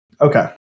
Okay